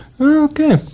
Okay